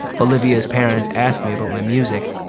olivia's parents ask me about my music,